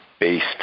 based